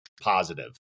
positive